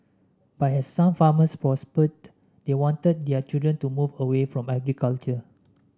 but as some farmers prospered they wanted their children to move away from agriculture